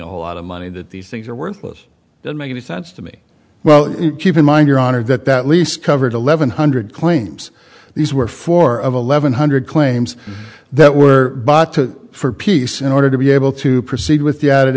a lot of money that these things are worthless don't make any sense to me well keep in mind your honor that that lease covered eleven hundred claims these were four of eleven hundred claims that were bought to for peace in order to be able to proceed with the added